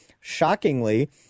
shockingly